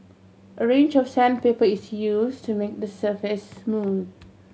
a range of sandpaper is used to make the surface smooth